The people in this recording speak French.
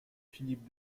philippe